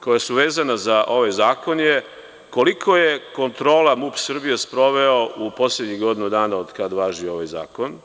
koja su vezana za ovaj zakon je koliko je kontrola MUP Srbije sproveo u poslednjih godinu dana kada važi ovaj zakon?